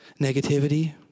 negativity